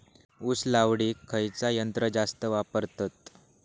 ऊस लावडीक खयचा यंत्र जास्त वापरतत?